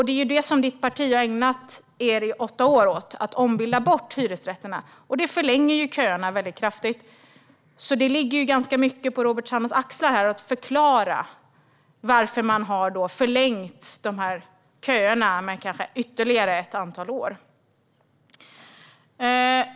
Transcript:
Detta är vad ditt parti har ägnat sig åt i åtta år - att ombilda bort hyresrätterna, vilket förlänger köerna kraftigt. Det ligger ganska tungt på Robert Hannahs axlar att förklara varför man har förlängt dessa köer med ytterligare ett antal år.